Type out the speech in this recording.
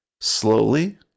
Slowly